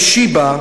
ב"שיבא",